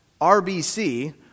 RBC